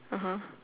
(uh huh)